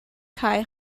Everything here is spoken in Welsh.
cae